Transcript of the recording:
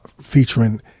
featuring